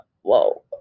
whoa